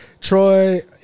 Troy